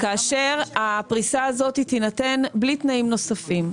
כאשר הפריסה הזאת תינתן בלי תנאים נוספים.